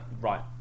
right